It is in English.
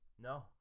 no